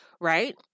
Right